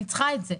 אני צריכה את זה.